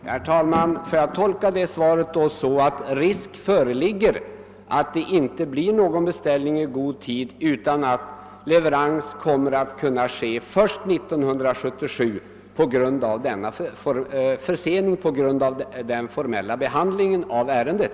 Herr talman! Får jag tolka det svaret så, att risk föreligger att det inte blir någon beställning i god tid utan att leverans kommer att kunna ske först 1977 på grund av förseningen genom den formella behandlingen av ärendet?